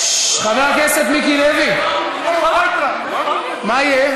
חבר הכנסת מיקי לוי, מה יהיה?